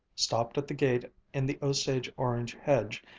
stopped at the gate in the osage-orange hedge,